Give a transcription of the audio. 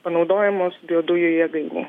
panaudojamos biodujų jėgainėj